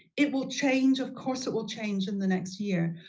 it will change, of course it will change in the next year,